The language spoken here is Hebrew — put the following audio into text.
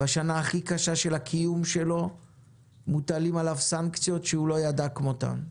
בשנה הכי קשה של הקיום שלו מוטלות עליו סנקציות שהוא לא ידע כמותן.